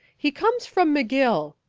he comes from mcgill,